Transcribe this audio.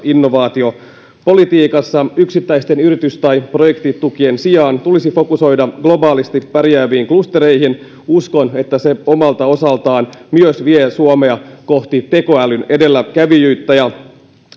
innovaatiopolitiikassa yksittäisten yritys tai projektitukien sijaan tulisi fokusoida globaalisti pärjääviin klustereihin uskon että se omalta osaltaan myös vie suomea kohti tekoälyn edelläkävijyyttä ja